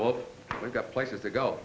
well we've got places to go